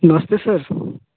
नमस्ते सर